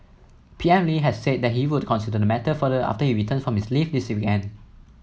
P M Lee has said that he would consider the matter further after he returns from his leave this weekend